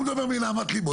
הוא מדבר מנהמת ליבו,